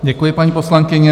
Děkuji, paní poslankyně.